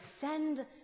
send